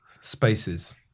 spaces